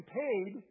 paid